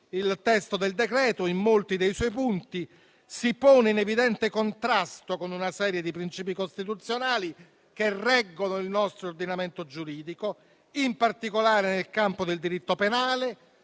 il testo del decreto in molti dei suoi punti si pone in evidente contrasto con una serie di principi costituzionali che reggono il nostro ordinamento giuridico, in particolare nel campo del diritto penale,